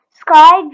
sky